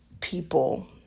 people